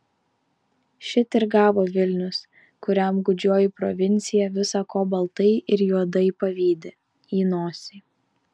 šit ir gavo vilnius kuriam gūdžioji provincija visa ko baltai ir juodai pavydi į nosį